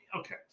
Okay